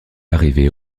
arrivée